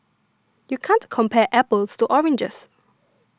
you can't compare apples to oranges